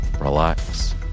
relax